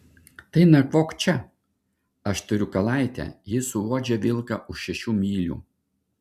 tai nakvok čia aš turiu kalaitę ji suuodžia vilką už šešių mylių